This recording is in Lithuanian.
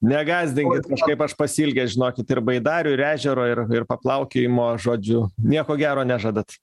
negąsdinkit kažkaip aš pasiilgęs žinokit ir baidarių ir ežero ir ir paplaukiojimo žodžiu nieko gero nežadat